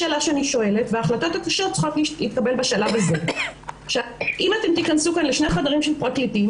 דיוני הוכחות, אין הסדרי טיעון.